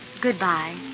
Goodbye